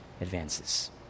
advances